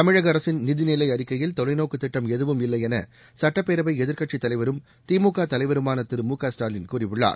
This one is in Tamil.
தமிழக அரசின் நிதிநிலை அறிக்கையில் தொலைநோக்கு திட்டம் எதுவும் இல்லை என சட்டப்பேரவை எதிர்கட்சித் தலைவரும் திமுக தலைவருமான திரு மு க ஸ்டாலின் கூறியுள்ளார்